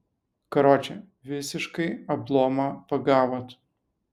karoče visiškai ablomą pagavot